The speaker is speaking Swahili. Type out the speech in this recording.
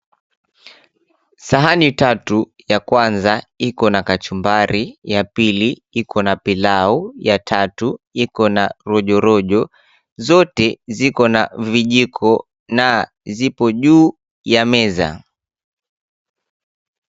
Sahani tatu, ya kwanza ikona kachumbari, ya pili ikona pilau, ya tatu ikona rojorojo. Zote zikona vijiko na ziko juu ya meza